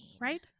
Right